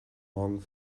morgen